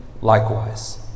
likewise